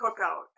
cookout